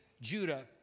Judah